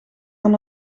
aan